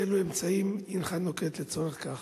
ואילו אמצעים הינך נוקט לצורך זה?